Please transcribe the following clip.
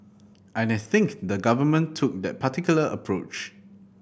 and I think the Government took that particular approach